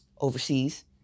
overseas